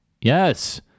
Yes